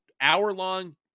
hour-long